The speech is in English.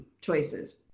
choices